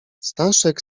staszek